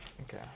Okay